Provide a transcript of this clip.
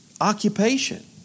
occupation